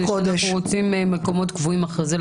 אנחנו רוצים מקומות קבועים אחרי זה.